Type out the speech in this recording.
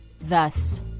Thus